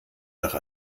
nach